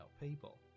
people